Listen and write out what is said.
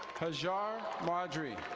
hazar majory.